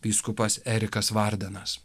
vyskupas erikas vardenas